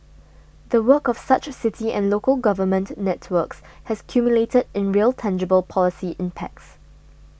the work of such city and local government networks has culminated in real tangible policy impacts